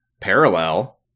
parallel